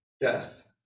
death